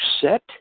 set